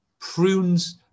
prunes